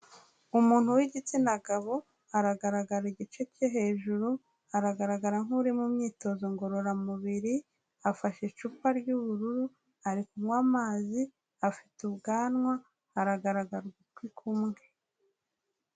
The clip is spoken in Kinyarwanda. Umuntu w'igitsina gabo aragaragara igice cyo hejuru, aragaragara nk'uri mu myitozo ngororamubiri, afashe icupa ry'ubururu ari kunywa amazi, afite ubwanwa aragaragaza ugutwi kumwe.